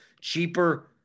cheaper